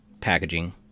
packaging